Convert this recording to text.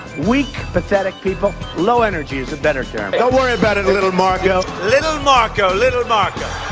weak, pathetic, people. low-energy is a better term. don't worry about it, little marco. little marco, little marco.